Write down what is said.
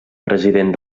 president